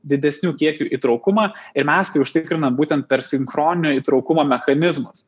didesnių kiekių įtraukumą ir mes tai užtikrinam būtent per sinchroninio įtraukumo mechanizmus